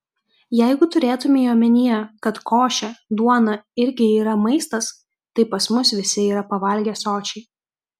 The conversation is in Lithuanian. jeigu turėtumei omenyje kad košė duona irgi yra maistas tai pas mus visi yra pavalgę sočiai